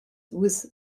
with